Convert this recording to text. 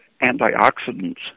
antioxidants